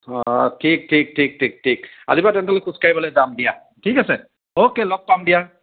অ ঠিক ঠিক ঠিক ঠিক ঠিক আজিপা তেনেহ'লে খোজ কাঢ়িবলৈ যাম দিয়া ঠিক আছে অ'কে লগ পাম দিয়া